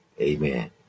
Amen